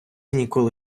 ніколи